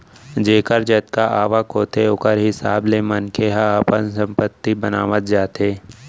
जेखर जतका आवक होथे ओखर हिसाब ले मनखे ह अपन संपत्ति बनावत जाथे